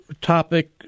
topic